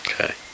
okay